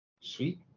Sweet